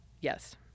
yes